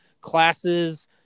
classes